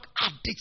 addicts